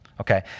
okay